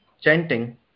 chanting